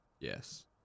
Yes